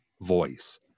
voice